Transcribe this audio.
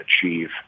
achieve